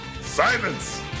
silence